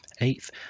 eighth